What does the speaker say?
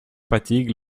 fatigue